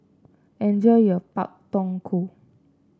enjoy your Pak Thong Ko